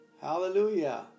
Hallelujah